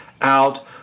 out